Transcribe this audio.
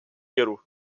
galop